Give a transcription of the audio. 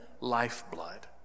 lifeblood